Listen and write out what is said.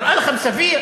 נראה לכם סביר